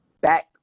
back